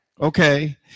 Okay